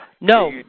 No